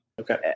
Okay